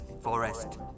forest